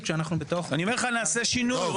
כשאנחנו בתוך --- אני אומר לך נעשה שינוי,